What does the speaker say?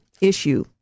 issue